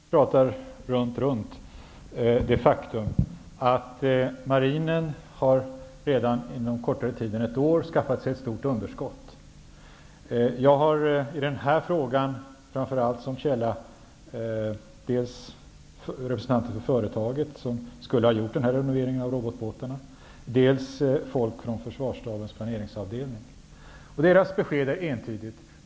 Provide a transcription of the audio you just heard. Herr talman! Anders Björck talar i cirklar runt det faktum att marinen under kortare tid än ett år har skaffat sig ett stort underskott. Jag har i denna fråga framför allt som källa representanter för företaget som skulle ha genomfört renoveringen av robotbåtarna samt personer inom Försvarsstabens planeringsavdelning. Deras besked är entydigt.